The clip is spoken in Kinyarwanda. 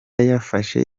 yafashe